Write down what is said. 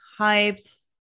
hyped